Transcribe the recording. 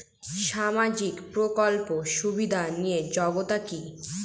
সামাজিক প্রকল্প সুবিধা নিতে যোগ্যতা কি?